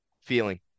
feeling